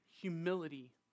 humility